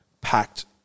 packed